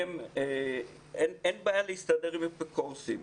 שאין בעיה להסתדר עם אפיקורסים.